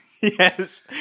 yes